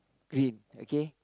green okay